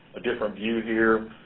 different view here.